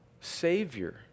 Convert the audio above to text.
Savior